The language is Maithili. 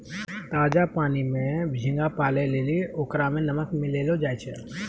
ताजा पानी में झींगा पालै लेली ओकरा में नमक मिलैलोॅ जाय छै